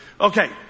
Okay